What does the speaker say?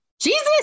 jesus